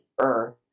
Earth